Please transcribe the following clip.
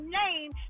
name